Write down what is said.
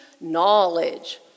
knowledge